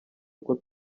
uko